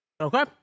Okay